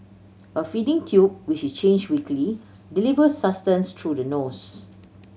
a feeding tube which is change weekly delivers sustenance through the nose